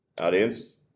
Audience